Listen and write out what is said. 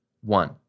One